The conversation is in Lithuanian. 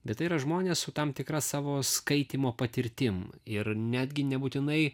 bet tai yra žmonės su tam tikra savo skaitymo patirtim ir netgi nebūtinai